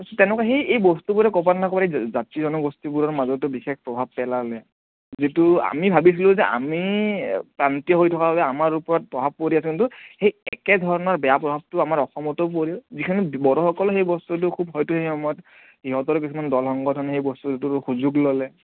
তেনেকুৱা সেই এই বস্তুবোৰে ক'ৰবাত নহয় ক'ৰবাত এই জাতি জনগোষ্ঠীবোৰৰ মাজতো বিশেষ প্ৰভাৱ পেলালে যিটো আমি ভাবিছিলো যে আমি প্ৰান্তীয় হৈ থকাকে আমাৰ ওপৰত প্ৰভাৱ পৰি আছে কিন্তু সেই একে ধৰণৰ বেয়া প্ৰভাৱটো আমাৰ অসমতো পৰিল যিখিনি বড়োসকলে সেই বস্তুতো হয়তো সেই সময়ত সিহঁতৰ কিছুমান দল সংগঠনে সেই বস্তুটোৰ সুযোগ ল'লে